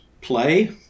play